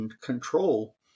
control